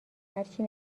هرچی